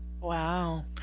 Wow